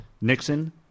Nixon